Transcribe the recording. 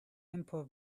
simple